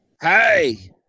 Hey